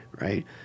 right